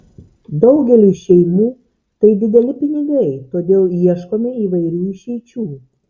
daugeliui šeimų tai dideli pinigai todėl ieškome įvairių išeičių